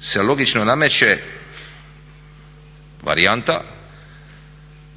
se logično nameće varijanta